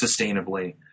sustainably